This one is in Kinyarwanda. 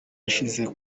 yashyize